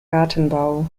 gartenbau